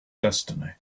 destiny